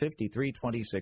53.26